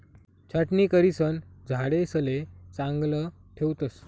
छाटणी करिसन झाडेसले चांगलं ठेवतस